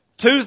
two